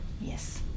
yes